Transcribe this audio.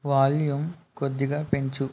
volume కొద్దిగా పెంచు